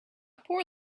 poor